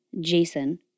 Jason